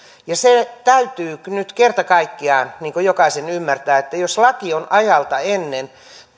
se täytyy nyt kerta kaikkiaan jokaisen ymmärtää että jos laki on ajalta ennen